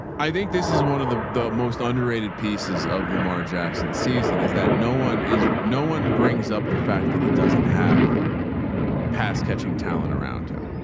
i think this is one of the the most underrated pieces of lamar jackson season is that no one is no one brings up the fact that he doesn't have past catching talent around him.